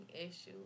issues